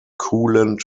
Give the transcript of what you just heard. coolant